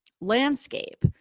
landscape